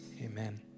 amen